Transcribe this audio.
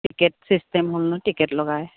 ticket system হ'ল নহয় ticket লগাই